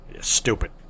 Stupid